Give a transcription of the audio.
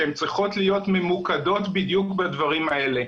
שהן צריכות להיות ממוקדות בדברים האלה,